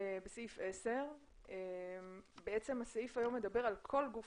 בסעיף 10. היום הסעיף מדבר על כך שכל גוף